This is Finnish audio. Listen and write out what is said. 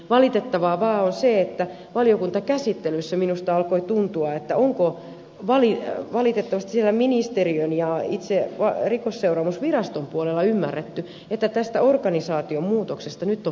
valitettavaa vaan on se että valiokuntakäsittelyssä minusta alkoi tuntua siltä onko siellä ministeriön ja itse rikosseuraamusviraston puolella ymmärretty että tästä organisaatiomuutoksesta nyt on pidettävä kiinni